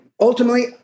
ultimately